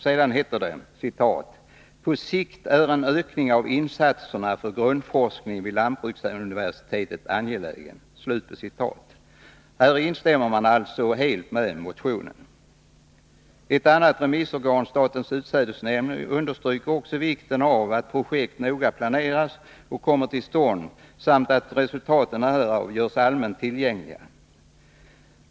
Sedan heter det: ”På sikt är en ökning av insatserna för grundforskning vid lantbruksuniversitetet angelägen.” Här instämmer man alltså helt i motionen. Statens utsädeskontroll understryker också vikten av att projekt noga planeras och kommer till stånd, samt att resultaten härav görs allmänt tillgängliga.